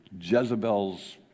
Jezebel's